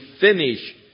finish